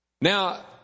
Now